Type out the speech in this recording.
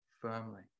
firmly